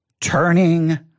Turning